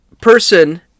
person